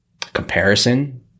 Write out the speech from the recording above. comparison